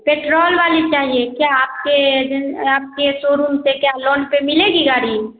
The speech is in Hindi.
पेट्रोल वाली चाहिए क्या आपके एजेन आपके सोरूम से क्या लोन पर मिलेगी गाड़ी